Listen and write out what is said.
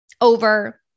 over